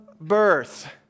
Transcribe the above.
birth